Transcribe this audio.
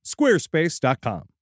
squarespace.com